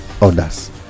others